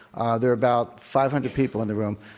ah there are about five hundred people in the room.